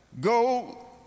go